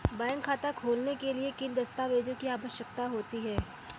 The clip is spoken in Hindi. बैंक खाता खोलने के लिए किन दस्तावेजों की आवश्यकता होती है?